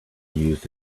used